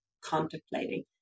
contemplating